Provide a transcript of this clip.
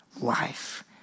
life